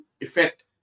effect